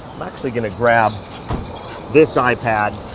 i'm actually going to grab this ipad